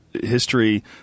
history